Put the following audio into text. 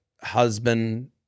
husband